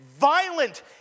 violent